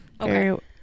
okay